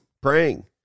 praying